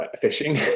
fishing